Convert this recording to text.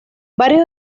varios